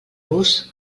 gust